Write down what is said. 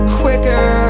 quicker